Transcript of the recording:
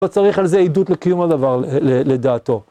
לא צריך על זה עדות לקיום הדבר לדעתו.